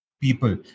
people